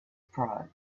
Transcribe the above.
pride